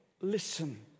Listen